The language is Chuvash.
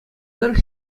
тӑрӑх